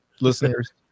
listeners